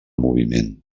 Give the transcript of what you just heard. moviment